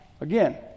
again